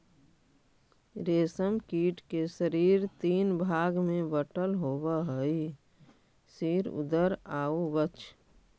रेशम कीट के शरीर तीन भाग में बटल होवऽ हइ सिर, उदर आउ वक्ष